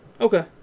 Okay